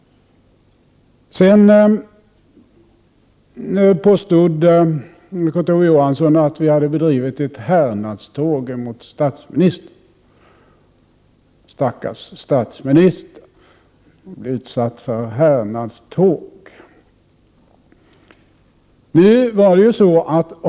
Kurt Ove Johansson påstod att oppositionen hade bedrivit ett härnadståg mot statsministern. Stackars statsminister att bli utsatt för ett härnadståg!